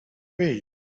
way